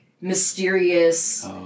mysterious